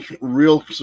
real